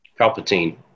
Palpatine